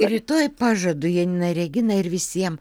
rytoj pažadu janinai reginai ir visiem